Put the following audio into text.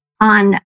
on